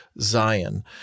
Zion